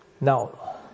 Now